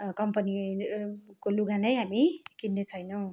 कम्पनीको लुगा नै हामी किन्ने छैनौँ